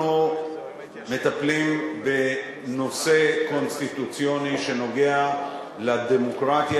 אנחנו מטפלים בנושא קונסטיטוציוני שנוגע לדמוקרטיה